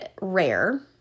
rare